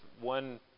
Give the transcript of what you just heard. one